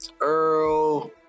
Earl